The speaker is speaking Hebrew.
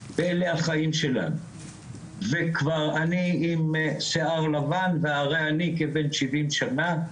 אלה החיים שלנו וכבר אני אם שיער לבן והרי אני כבן שבעים שנה,